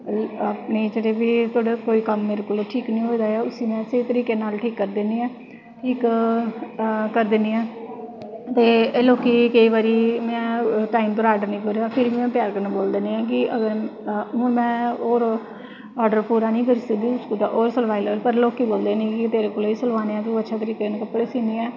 जेह्ड़ा बी कोई कम्म मेरे कोला दा ठीक निं होंदा ऐ में उस्सी स्हेई तरीके नाल करी दिन्नी आं ठीक करी दिन्नी आं लोकी केई बारी टाइम पर आर्डर करो ते फिर इ'यां प्यार कन्नै बोलदे नै कि हून में होर आर्डर पूरा निं करी सकदी पर लोक बोलदे नै तेरे कोला दा गै सलवाने ऐं तूं अच्छे कपड़े सीन्नी ऐं